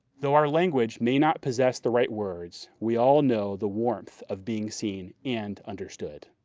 though our language may not possess the right words, we all know the warmth of being seen and understood.